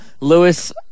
Lewis